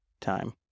time